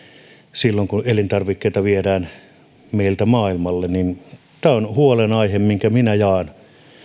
silloin kun elintarvikkeita viedään meiltä maailmalle tämä on huolenaihe jonka minä jaan